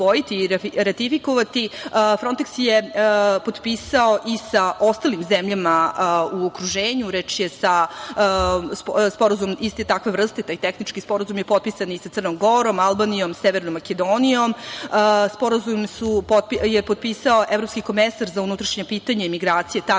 "Fronteks" je potpisao i sa ostalim zemljama u okruženju, reč je o sporazumu iste takve vrste, taj tehnički sporazum je potpisan i sa Crnom Gorom, Albanijom, Severnom Makedonijom. Sporazum je potpisao evropski komesar za unutrašnja pitanja i migracije,